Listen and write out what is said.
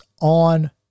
on